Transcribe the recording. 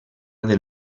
del